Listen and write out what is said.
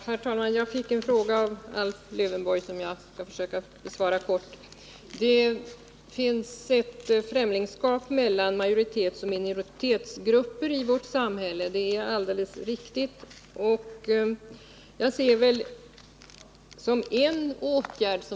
Herr talman! Jag fick en fråga av Alf Lövenborg som jag i korthet skall försöka svara på. Det är alldeles riktigt att det finns ett främlingskap mellan majoritetsoch minoritetsgrupper i vårt land.